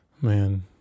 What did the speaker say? man